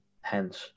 hence